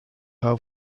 how